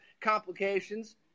complications